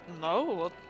No